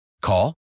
Call